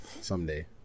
Someday